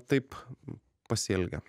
taip pasielgia